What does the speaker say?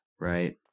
right